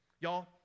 Y'all